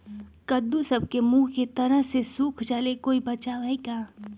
कददु सब के मुँह के तरह से सुख जाले कोई बचाव है का?